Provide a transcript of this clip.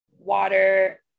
water